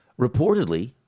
reportedly